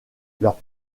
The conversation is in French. leur